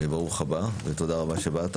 ברוך הבא ותודה רבה שבאת.